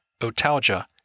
otalgia